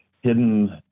hidden